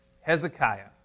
Hezekiah